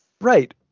Right